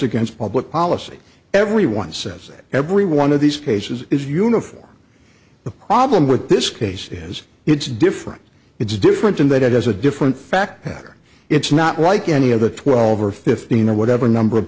against public policy everyone says that every one of these cases is uniform the problem with this case is it's different it's different in that it has a different fact pattern it's not like any of the twelve or fifteen or whatever number of